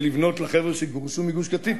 לבנות לחבר'ה שגורשו מגוש-קטיף,